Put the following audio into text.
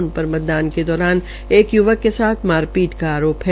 उन पर मतदान के दौरान एक य्वक के साथ मारपीट का आराम है